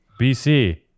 BC